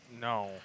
No